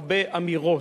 הרבה אמירות.